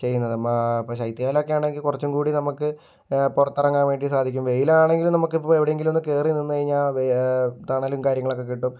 ചെയ്യുന്നത് ഇപ്പോ ശൈത്യകാലൊക്കെയാണെങ്കിൽ കുറച്ചും കൂടി നമുക്ക് പുറത്തിറങ്ങാൻ വേണ്ടി സാധിക്കും വെയിലാണെങ്കിലും നമുക്ക് ഇപ്പോ എവിടെയെങ്കിലും ഒന്ന് കേറി നിന്ന് കഴിഞ്ഞാൽ വെ തണലും കാര്യങ്ങളൊക്കെ കിട്ടും